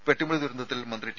പെട്ടിമുടി ദുരന്തത്തിൽ മന്ത്രി ടി